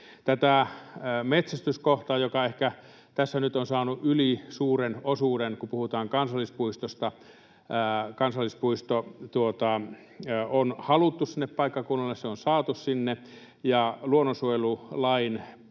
Tämä metsästyskohta on ehkä tässä nyt saanut ylisuuren osuuden, kun puhutaan kansallispuistosta. Kansallispuisto on haluttu sinne paikkakunnalle, se on saatu sinne ja luonnonsuojelulain